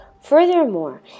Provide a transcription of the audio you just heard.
Furthermore